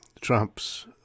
Trump's